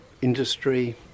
Industry